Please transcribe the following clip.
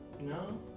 No